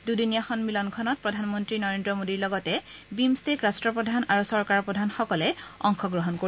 দুদিনীয়া সন্মিলনখনত প্ৰধানমন্ত্ৰী নৰেদ্ৰ মোদীৰ লগতে বিমষ্টেক ৰাট্টপ্ৰধান আৰু চৰকাৰপ্ৰধানসকলে অংশগ্ৰহণ কৰিব